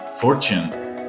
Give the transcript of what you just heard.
fortune